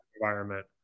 environment